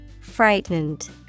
Frightened